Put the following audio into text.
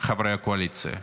חברי הקואליציה.